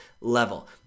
level